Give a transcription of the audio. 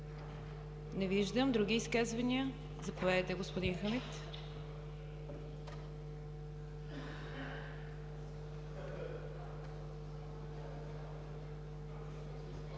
Не виждам. Други изказвания? Заповядайте, господин Хамид.